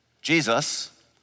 Jesus